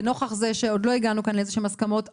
ונוכח זה שעוד לא הגענו כאן לאיזה שהן הסכמות אחרות,